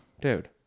dude